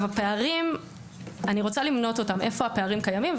אני רוצה למנות איפה הפערים קיימים,